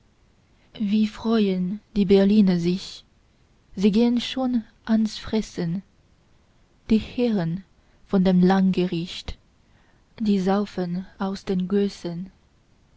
wie freuen die berliner sich sie gehen schon ans fressen die herren von dem landgericht die saufen aus den